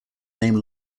named